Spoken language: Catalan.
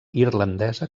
irlandesa